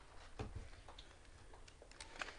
11:37.